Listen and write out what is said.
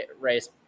race